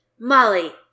Molly